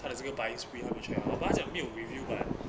她的这个 buying screen help me check out 把这样没有 review [what]